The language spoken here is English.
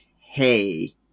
hey